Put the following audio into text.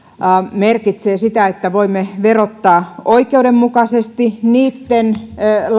merkitsee sitä että voimme verottaa oikeudenmukaisesti